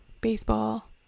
baseball